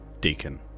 Deacon